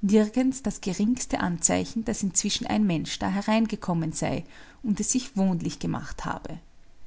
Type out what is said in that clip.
nirgends das geringste anzeichen daß inzwischen ein mensch da hereingekommen sei und es sich wohnlich gemacht habe